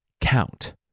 Count